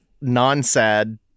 non-sad